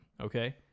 Okay